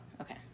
okay